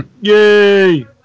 Yay